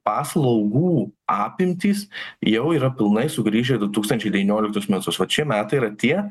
paslaugų apimtys jau yra pilnai sugrįžę į du tūkstančiai devynioliktus metus vat šie metai yra tie